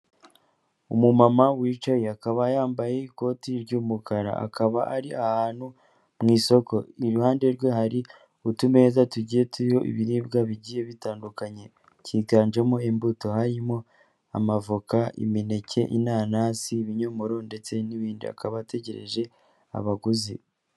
Umumama wicaye akaba yambaye ikoti ry'umukara akaba ari ahantu mu isoko iruhande rwe hari utumeza tugiye turiho ibiribwa bigiye bitandukanye byiganjemo imbuto harimo amavoka, imineke, inanasi, ibinyomoro ndetse n'ibindi akaba ategereje abaguzi.